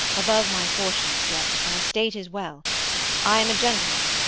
above my fortunes, yet my state is well i am a gentleman.